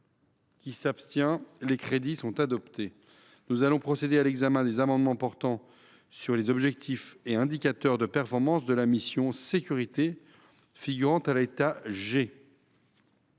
aux voix ces crédits, modifiés. Nous allons procéder à l’examen des amendements portant sur les objectifs et indicateurs de performance de la mission « Sécurités », figurant à l’état G.